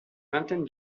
vingtaine